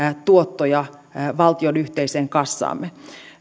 tuottoja yhteiseen valtion kassaamme